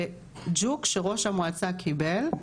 זה ג'וק שראש המועצה קיבל,